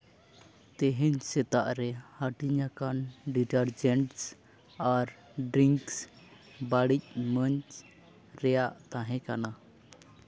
ᱛᱮᱦᱤᱧ ᱥᱮᱛᱟᱜ ᱨᱮ ᱦᱟᱹᱴᱤᱧ ᱟᱠᱟᱱ ᱰᱤᱴᱟᱨᱡᱮᱱᱴᱥ ᱟᱨ ᱰᱨᱤᱝᱠᱥ ᱵᱟᱹᱲᱤᱡ ᱢᱟᱹᱧ ᱨᱮᱭᱟᱜ ᱛᱟᱦᱮᱸ ᱠᱟᱱᱟ